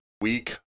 week